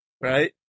right